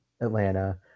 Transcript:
Atlanta